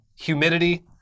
humidity